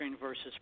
versus